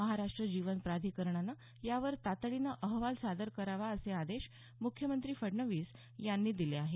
महाराष्ट्र जीवन प्राधिकरणानं यावर तातडीनं अहवाल सादर करावा असे आदेश मुख्यमंत्री फडणवीस यांनी दिले आहेत